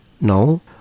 No